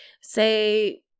say